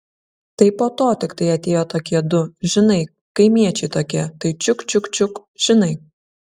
tai po to tiktai atėjo tokie du žinai kaimiečiai tokie tai čiuk čiuk čiuk žinai